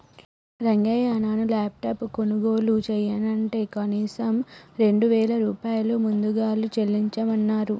రంగయ్య నాను లాప్టాప్ కొనుగోలు చెయ్యనంటే కనీసం రెండు వేల రూపాయలు ముదుగలు చెల్లించమన్నరు